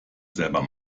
selber